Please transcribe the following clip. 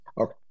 Okay